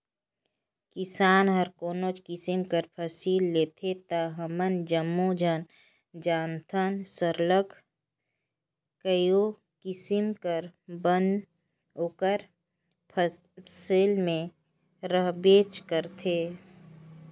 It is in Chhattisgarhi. किसान हर कोनोच किसिम कर फसिल लेथे ता हमन जम्मो झन जानथन सरलग कइयो किसिम कर बन ओकर फसिल में रहबेच करथे